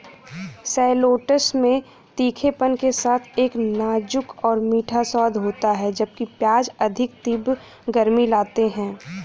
shallots में तीखेपन के साथ एक नाजुक और मीठा स्वाद होता है, जबकि प्याज अधिक तीव्र गर्मी लाते हैं